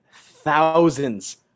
thousands